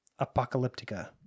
Apocalyptica